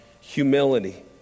humility